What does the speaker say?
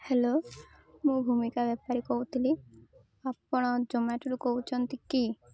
hello ମୁଁ ଭୂମିକା ବେପାରୀ କହୁଥିଲି ଆପଣ ଜୋମାଟୋରୁ କହୁଛନ୍ତି କି